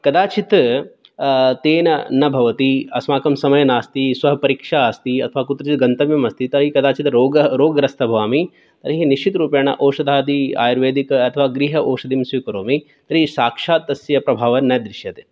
कदाचित् तेन न भवति अस्माकं समयः नास्ति श्वः परीक्षा अस्ति अथवा कुत्रचित् गन्तव्यमस्ति तर्हि कदाचित् रोग रोगग्रस्तः भवामि तर्हि निश्चितरूपेण औषधादि आयुर्वेदिकम् अथवा गृह औषधीं स्वीकरोमि तर्हि साक्षात् तस्य प्रभावः न दृश्यते